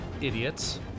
idiots